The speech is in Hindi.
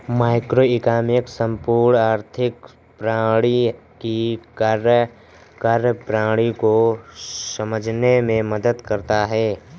मैक्रोइकॉनॉमिक्स संपूर्ण आर्थिक प्रणाली की कार्यप्रणाली को समझने में मदद करता है